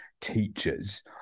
teachers